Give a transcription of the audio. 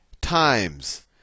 times